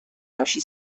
nosi